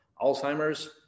alzheimer's